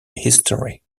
history